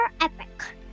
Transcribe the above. Epic